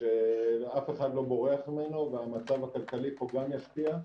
שאף אחד לא בורח ממנו והמצב הכלכלי פה גם ישפיע.